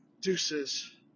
Deuces